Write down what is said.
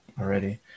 already